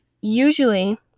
usually